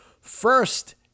First